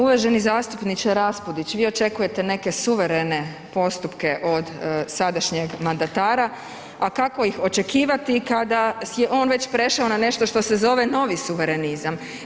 Uvaženi zastupniče Raspudić, vi očekujete neke suverene postupke od sadašnjeg mandatara, a kako ih očekivati kada si je on već prešao na nešto što se zove novi suverenizam?